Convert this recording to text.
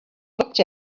looked